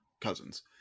cousins